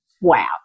wow